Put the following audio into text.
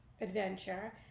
Adventure